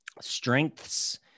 strengths